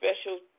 special